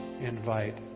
invite